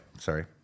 sorry